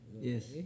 yes